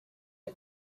are